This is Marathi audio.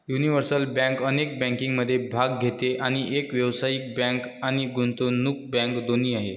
युनिव्हर्सल बँक अनेक बँकिंगमध्ये भाग घेते आणि एक व्यावसायिक बँक आणि गुंतवणूक बँक दोन्ही आहे